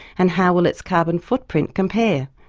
and how will its carbon footprint compare?